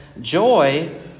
joy